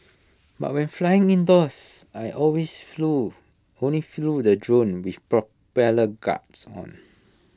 but when flying indoors I always flew only flew the drone with propeller guards on